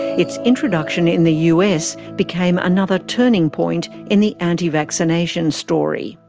its introduction in the us became another turning point in the anti-vaccination story.